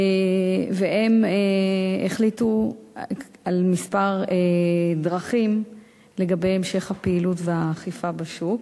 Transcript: והם החליטו על כמה דרכים לגבי המשך הפעילות והאכיפה בשוק.